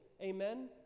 Amen